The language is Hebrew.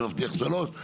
זה מבטיח שלוש.